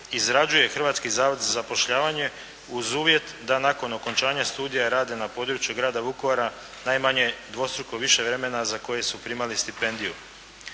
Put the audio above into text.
izrađuje Hrvatski zavod za zapošljavanje uz uvjet da nakon okončanja studija i rada na području grada Vukovara najmanje dvostruko više vremena za koje su primali stipendiju.